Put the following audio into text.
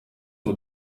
sur